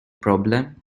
problem